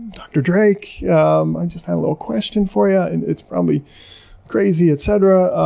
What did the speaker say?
dr. drake, um, i just had a little question for ya. and it's probably crazy, et cetera.